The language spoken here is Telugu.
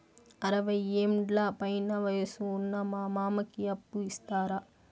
అరవయ్యేండ్ల పైన వయసు ఉన్న మా మామకి అప్పు ఇస్తారా